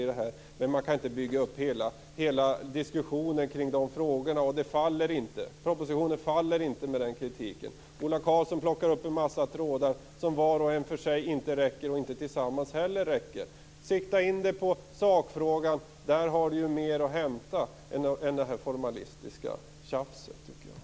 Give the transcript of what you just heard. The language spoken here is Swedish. Men det går inte att bygga upp hela diskussionen kring de frågorna. Propositionen faller inte med den kritiken. Ola Karlsson plockar upp en mängd trådar, som var och en för sig eller tillsammans inte räcker till. Ola Karlsson får sikta in sig på sakfrågan. Där finns det mer att hämta än det formalistiska tjafset.